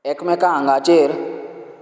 एकमेका आंगाचेर